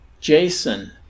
Jason